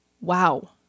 Wow